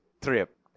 trip